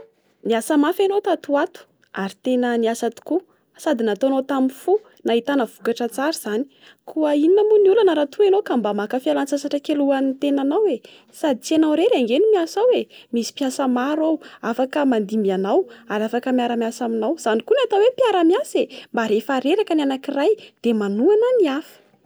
Niasa mafy enao tato ho ato ary tena niasa tokoa sady nataonao tamin'ny fo. Sady nahitana vokatra tsara izany. Koa inona moa ny olana raha toa enao ka mba maka fialantsasatra kely ho an'ny tenanao e? Sady tsy enao irery ange no miasa ao e. Misy mpiasa maro ao, ary afaka mandimby anao, ary afaka miara-miasa aminao. Izany koa no atao hoe mpiara-miasa e mba refa reraka ny anakiray de manohana ny hafa.